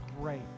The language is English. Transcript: great